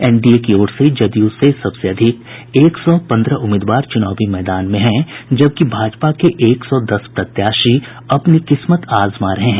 NDA की ओर से जदयू के सबसे अधिक एक सौ पन्द्रह उम्मीदवार चूनावी मैदान में हैं जबकि भाजपा के एक सौ दस प्रत्याशी अपनी किस्मत आजमा रहे हैं